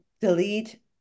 delete